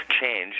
change